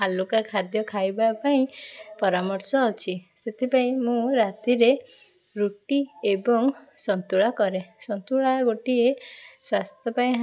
ହାଲୁକା ଖାଦ୍ୟ ଖାଇବା ପାଇଁ ପରାମର୍ଶ ଅଛି ସେଥିପାଇଁ ମୁଁ ରାତିରେ ରୁଟି ଏବଂ ସନ୍ତୁଳା କରେ ସନ୍ତୁଳା ଗୋଟିଏ ସ୍ୱାସ୍ଥ୍ୟ ପାଇଁ